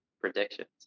predictions